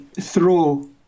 throw